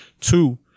Two